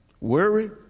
Worry